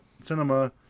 cinema